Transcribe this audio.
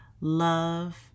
love